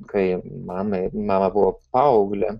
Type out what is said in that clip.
kai mamai mama buvo paauglė